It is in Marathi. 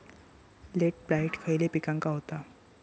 लेट ब्लाइट खयले पिकांका होता?